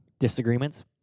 disagreements